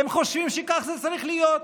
והם חושבים שכך זה צריך להיות.